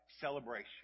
celebration